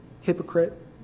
hypocrite